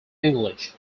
english